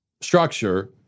structure